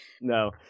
No